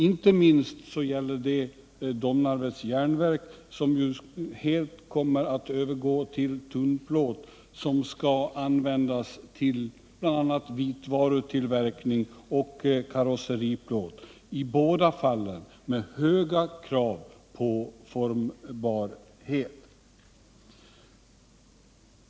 Inte minst gäller det Domnarvets Jernverk, som helt kommer att gå över till tunnplåt, som skall användas till bl.a. vitvarutillverkning och karosseriplåt, i båda fallen med höga krav på formbarhet.